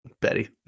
Betty